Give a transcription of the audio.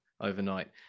overnight